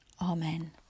Amen